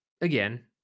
again